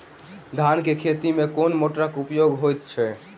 धान केँ खेती मे केँ मोटरक प्रयोग होइत अछि?